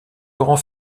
laurent